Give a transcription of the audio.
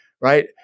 Right